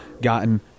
gotten